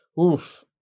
Oof